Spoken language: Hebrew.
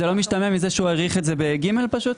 אבל זה לא משתמע מזה שהוא האריך את זה ב-(ג) פשוט?